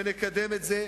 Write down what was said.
ונקדם את זה,